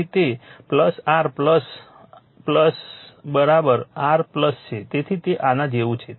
તેથી તે r r છે તેથી તે આના જેવું છે